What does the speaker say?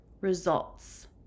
results